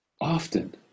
often